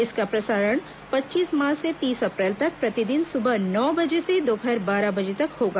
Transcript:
इसका प्रसारण पच्चीस मार्च से तीस अप्रैल तक प्रतिदिन सुबह नौ बजे से दोपहर बारह बजे तक होगा